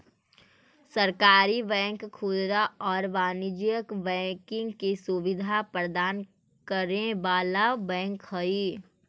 सहकारी बैंक खुदरा आउ वाणिज्यिक बैंकिंग के सुविधा प्रदान करे वाला बैंक हइ